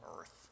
earth